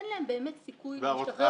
אין להם סיכוי להשתחרר שחרור מוקדם,